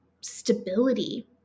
stability